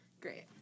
Great